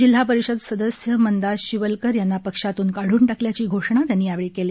जिल्हा परिषद सदस्य मंदा शिवलकर यांना पक्षातून काढून टाकल्याची घोषणा त्यांनी यावेळी केली